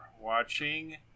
watching